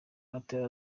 ati